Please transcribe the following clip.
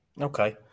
Okay